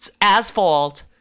asphalt